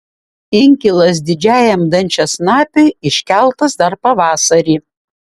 inkilas didžiajam dančiasnapiui iškeltas dar pavasarį